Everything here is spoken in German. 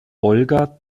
olga